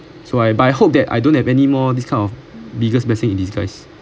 so I but I hope that I don't have anymore this kind of biggest blessing in disguise